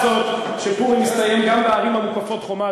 מה לעשות שפורים הסתיים גם בערים המוקפות חומה,